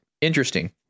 interesting